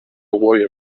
warrior